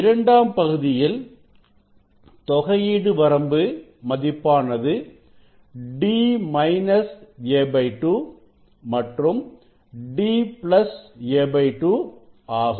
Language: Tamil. இரண்டாம் பகுதியில் தொகையீடு வரம்பு மதிப்பானது d மைனஸ் a2 மற்றும் d பிளஸ் a2 ஆகும்